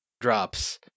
Drops